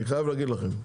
אני חייב להגיד לכם.